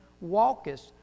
walkest